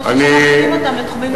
כמו שמחתימים אותם לתחומים אחרים.